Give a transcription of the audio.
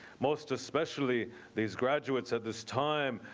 most especially these graduates. at this time.